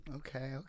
okay